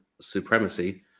supremacy